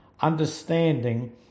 understanding